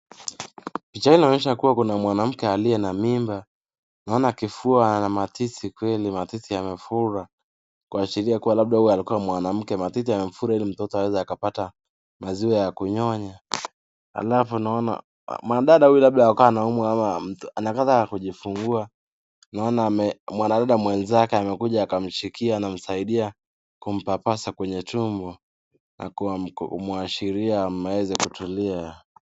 Picha hii inaonyesha kuna mwanamke aliye na mimba, naona kifua ana matiti, kweli matiti yamefura kuashiria kua labda huyu alikua mwanamke. Matiti yamefura ili mtoto aweze akapata maziwa ya kunyonya alafu naona mwanadada huyu labda alikuwa anaumwa ama anataka kujifungua naona mwanadada mwenzake amekuja akamshikia anamsaidia kumpapasa kwenye tumbo na kumwashiria aweze kutulia.